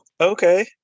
okay